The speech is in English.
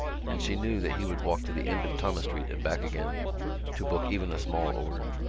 and she knew that he would walk to the end of thomas street and back again to book even a small order.